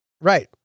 Right